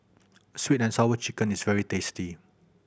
Sweet And Sour Chicken is very tasty